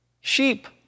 sheep